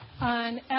On